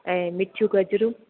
ऐं मिठियूं गजरूं